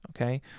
okay